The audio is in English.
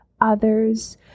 others